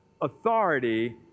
authority